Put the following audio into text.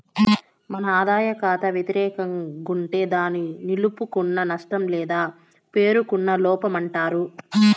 మన ఆదాయ కాతా వెతిరేకం గుంటే దాన్ని నిలుపుకున్న నష్టం లేదా పేరుకున్న లోపమంటారు